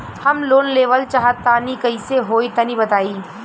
हम लोन लेवल चाहऽ तनि कइसे होई तनि बताई?